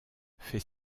fait